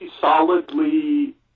solidly